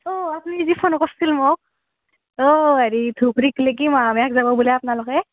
অঁ আপ্নি যিখান কচ্ছিল মোক অঁ হেৰি ধুব্ৰীক লেগি মহামায়াক যাব বোলে আপ্নালোকে